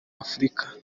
afurika